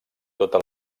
tota